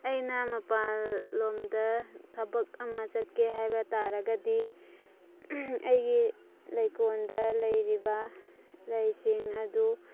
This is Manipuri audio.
ꯑꯩꯅ ꯃꯄꯥꯟꯂꯣꯝꯗ ꯊꯕꯛ ꯑꯃ ꯆꯠꯀꯦ ꯍꯥꯏꯕ ꯇꯥꯔꯒꯗꯤ ꯑꯩꯒꯤ ꯂꯩꯀꯣꯟꯗ ꯂꯩꯔꯤꯕ ꯂꯩꯁꯤꯡ ꯑꯗꯨ